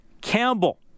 campbell